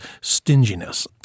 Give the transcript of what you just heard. stinginess